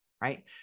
right